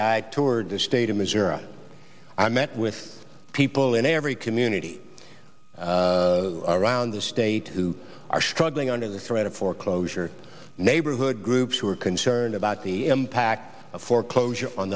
i toured the state of missouri i met with people in every community around the state who are struggling under the threat of foreclosure neighborhood groups who are concerned about the impact of foreclosure on